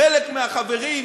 חלק מהחברים,